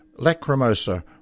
Lacrimosa